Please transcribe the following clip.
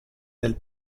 del